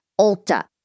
Ulta